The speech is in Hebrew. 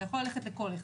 אתה יכול ללכת לכל אחד.